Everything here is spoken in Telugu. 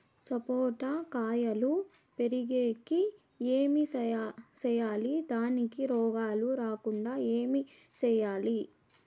సపోట కాయలు పెరిగేకి ఏమి సేయాలి దానికి రోగాలు రాకుండా ఏమి సేయాలి?